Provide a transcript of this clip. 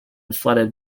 flooded